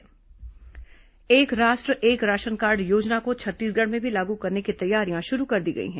one nation one ration card एक राष्ट्र एक राशनकार्ड योजना को छत्तीसगढ़ में भी लागू करने की तैयारियां शुरू कर दी गई हैं